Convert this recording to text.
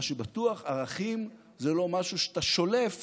מה שבטוח, ערכים זה לא משהו שאתה שולף